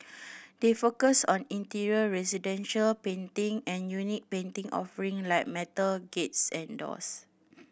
they focus on interior residential painting and unique painting offering like metal gates and doors